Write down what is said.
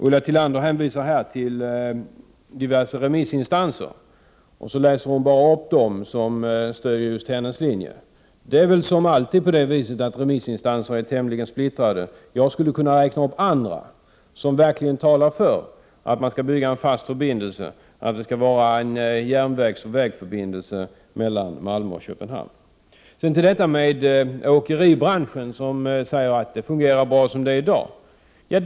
Ulla Tillander hänvisar till diverse remissinstanser men läser bara upp dem som stöder just hennes linje. Det är väl alltid på det viset att remissinstanser är tämligen splittrade. Jag skulle kunna räkna upp andra som verkligen talar för att man skall bygga en fast järnvägsoch vägförbindelse mellan Malmö och Köpenhamn. Så till detta att åkeribranschen säger att det fungerar bra som det är i dag.